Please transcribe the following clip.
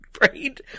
Right